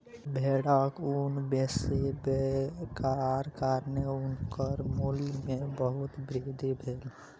भेड़क ऊन बेसी हेबाक कारणेँ ऊनक मूल्य में बहुत वृद्धि भेल